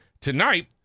tonight